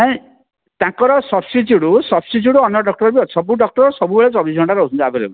ନାଇ ତାଙ୍କର substitute substitute ଅନ୍ୟ ଡ଼କ୍ଟର ବି ସବୁ ଡ଼କ୍ଟର ସବୁବେଳେ ଚବିଶ ଘଣ୍ଟା ରହୁଛନ୍ତି ଆଭେଲେବୁଲ୍